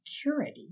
security